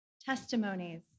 testimonies